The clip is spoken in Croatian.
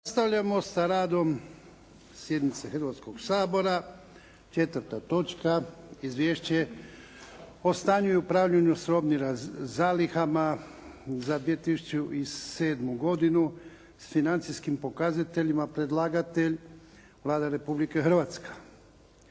Nastavljamo sa radom sjednice Hrvatskoga sabora. - Izvješće o stanju i upravljanju s robnim zalihama za 2007. godinu, s financijskim pokazateljima Predlagatelj: Vlada Republike Hrvatske